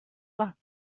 luck